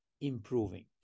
improving